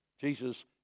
Jesus